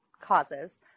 causes